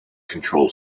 control